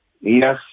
yes